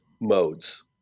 modes